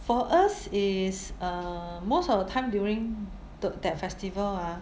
for us is uh most of the time during the that festival ah